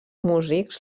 músics